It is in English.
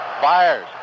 Fires